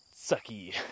sucky